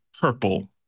purple